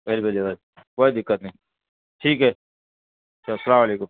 کوئی دقت نہیں ٹھیک ہے چلو سلام علیکم